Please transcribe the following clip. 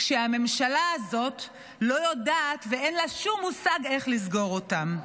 כשהממשלה הזאת לא יודעת ואין לה שום מושג איך לסגור אותן.